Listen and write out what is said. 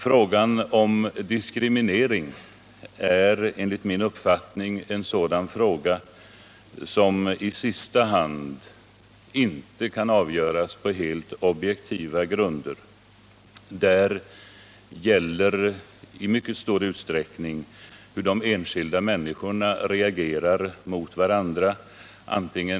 Frågan om diskriminering är enligt min uppfattning en fråga som i sista hand inte kan avgöras på helt objektiva grunder. Det handlar i mycket stor utsträckning om hur de enskilda människorna agerar gentemot varandra.